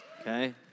Okay